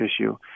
issue